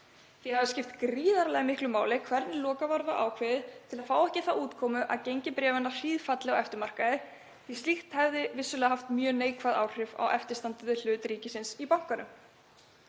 Því hafi skipt gríðarlega miklu máli hvernig lokaverð var ákveðið til að fá ekki þá útkomu að gengi bréfanna hríðfélli á eftirmarkaði, því að slíkt hefði vissulega haft mjög neikvæð áhrif á eftirstandandi hlut ríkisins í bankanum.